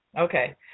Okay